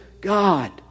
God